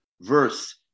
verse